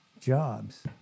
jobs